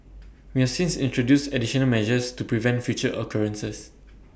we have since introduced additional measures to prevent future occurrences